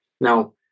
Now